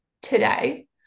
Today